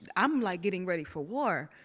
i'm like getting ready for war.